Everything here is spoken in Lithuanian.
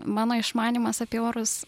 mano išmanymas apie orus